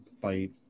fight